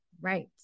right